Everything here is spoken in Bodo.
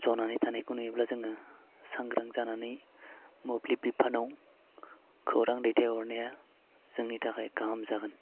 ज'नानै थानायखौ नुयोब्ला जोङो सांग्रां जानानै मोब्लिब बिफानाव खौरां दैथायहरनाया जोंनि थाखाय गाहाम जागोन